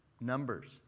Numbers